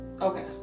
okay